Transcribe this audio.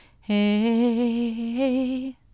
Hey